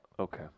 Okay